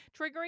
Triggering